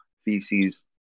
feces